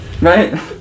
right